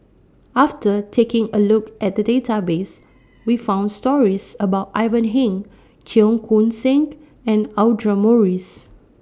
after taking A Look At The Database We found stories about Ivan Heng Cheong Koon Seng and Audra Morrice